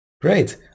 great